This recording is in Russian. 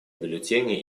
бюллетени